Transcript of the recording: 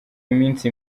minsi